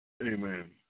Amen